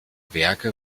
werke